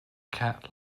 cat